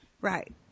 Right